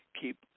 keep